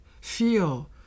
feel